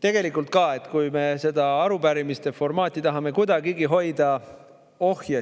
Tegelikult ka, kui me seda arupärimiste formaati tahame kuidagigi ohjes hoida,